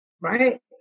Right